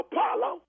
Apollo